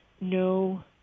no